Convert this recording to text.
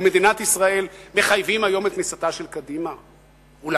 מדינת ישראל מחייב היום את כניסתה של קדימה אולי?